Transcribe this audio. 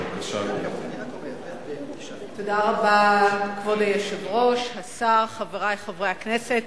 כבוד היושב-ראש, תודה רבה, השר, חברי חברי הכנסת,